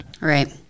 Right